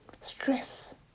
stress